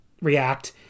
react